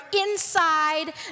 inside